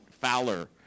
Fowler